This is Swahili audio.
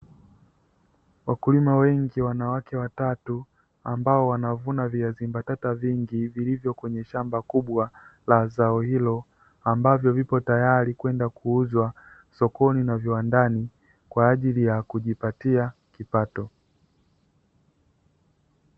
Wakulima wengi, wanawake watatu ambao wanavuna viazi mbatata vingi vilivyo kwenye shamba kubwa la zao hilo, ambavyo vipo tayari kwenda kuuzwa sokoni na viwandani kwa ajili ya kujipatia kipato.